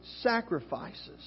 sacrifices